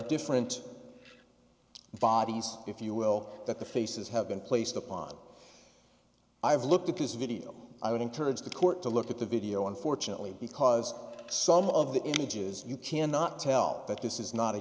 different bodies if you will that the faces have been placed upon i've looked at this video i would encourage the court to look at the video unfortunately because some of the images you cannot tell that this is not a